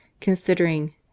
considering